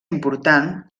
important